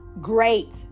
great